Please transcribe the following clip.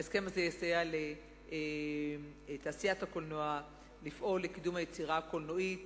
ההסכם הזה יסייע לתעשיית הקולנוע לפעול לקידום היצירה הקולנועית